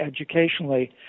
educationally